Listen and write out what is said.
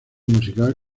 musical